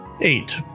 Eight